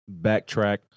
backtrack